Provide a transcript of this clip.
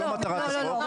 זה לא מטרת החוק,